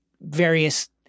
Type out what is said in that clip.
various